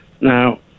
Now